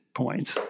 points